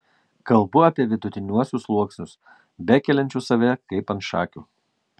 kalbu apie vidutiniuosius sluoksnius bekeliančius save kaip ant šakių